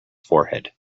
forehead